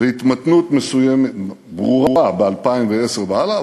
והתמתנות מסוימת, ברורה, ב-2010 והלאה.